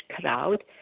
crowd